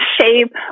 shape